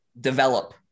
develop